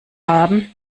haben